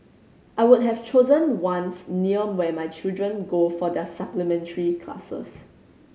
I would have chosen ones near where my children go for their supplementary classes